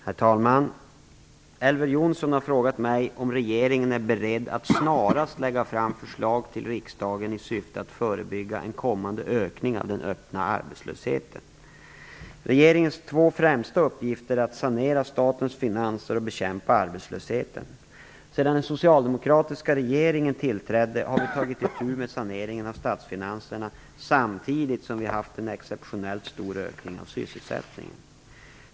Herr talman! Elver Jonsson har frågat mig om regeringen är beredd att snarast lägga fram förslag till riksdagen i syfte att förebygga en kommande ökning av den öppna arbetslösheten. Regeringens två främsta uppgifter är att sanera statens finanser och bekämpa arbetslösheten. Sedan den socialdemokratiska regeringen tillträdde har vi tagit itu med saneringen av statsfinanserna samtidigt som vi haft en exceptionellt stor ökning av sysselsättningen.